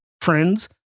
friends